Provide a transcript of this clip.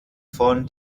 von